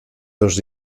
dos